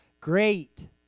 great